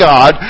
God